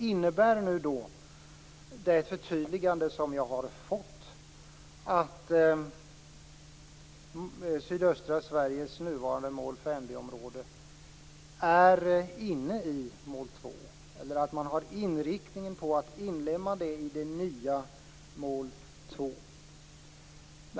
Innebär det förtydligande som jag har fått att sydöstra Sveriges nuvarande mål 5 b-område är inne i mål 2, eller att man är inriktad på att inlemma det i det nya mål 2?